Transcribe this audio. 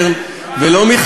לא מאלעזר שטרן,